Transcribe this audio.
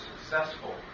successful